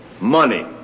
money